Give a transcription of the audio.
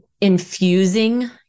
infusing